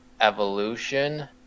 evolution